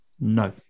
no